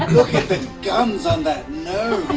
um look at the guns on that gnome!